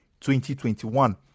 2021